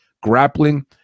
grappling